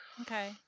Okay